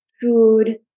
food